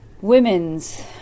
Women's